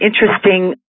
interesting